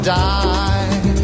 die